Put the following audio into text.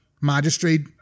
magistrate